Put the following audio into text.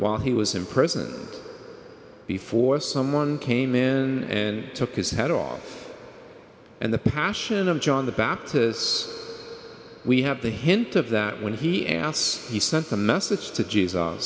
while he was in prison before someone came in and took his head off and the passion of john the baptist's we have the hint of that when he asked he sent a message to